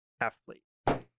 half-plate